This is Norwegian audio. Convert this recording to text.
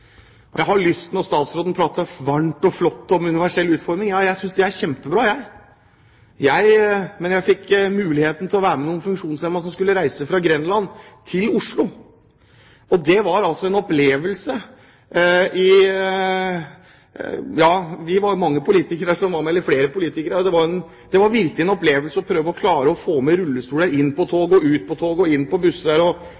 utforming. Jeg synes det er kjempebra, jeg. Jeg fikk muligheten til å være med noen funksjonshemmede som skulle reise fra Grenland til Oslo, og det var altså en opplevelse. Vi var flere politikere som var med, og det var virkelig en opplevelse å prøve å klare å få med rullestoler inn på toget, ut fra toget, inn på busser og